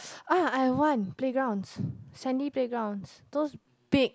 uh I want playgrounds sandy playgrounds those big